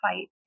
fight